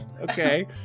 Okay